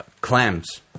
clams